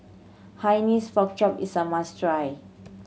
Hainanese Pork Chop is a must try